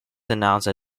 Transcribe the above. announced